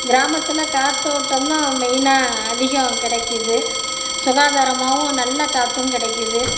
கிராமத்தில் காத்தோட்டந்தான் மெயினாக அதிகம் கிடைக்கிது சுகாதாரமாகவும் நல்ல காற்றும் கிடைக்கிது